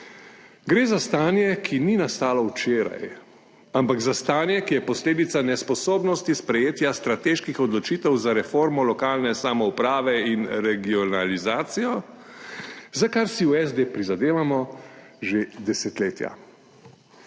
Gre za stanje, ki ni nastalo včeraj, ampak za stanje, ki je posledica nesposobnosti sprejetja strateških odločitev za reformo lokalne samouprave in regionalizacijo, za kar si v SD prizadevamo že desetletja.